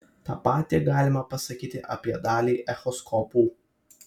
tą patį galima pasakyti apie dalį echoskopų